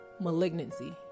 malignancy